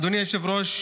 אדוני היושב-ראש,